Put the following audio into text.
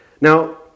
Now